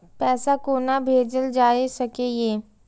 पैसा कोना भैजल जाय सके ये